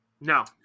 No